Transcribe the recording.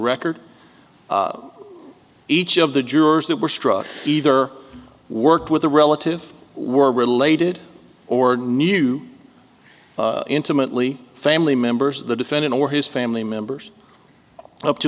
record each of the jurors that were struck either worked with the relatives were related or knew intimately family members of the defendant or his family members up to